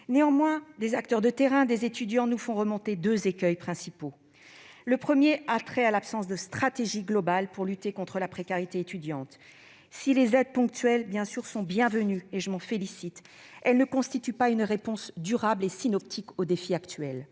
Néanmoins, des acteurs de terrain et des étudiants nous font part de l'existence de deux écueils principaux. Le premier a trait à l'absence de stratégie globale pour lutter contre la précarité étudiante. Si les aides ponctuelles sont bienvenues- je m'en félicite -, elles ne constituent pas pour autant une réponse durable et synoptique au défi actuel.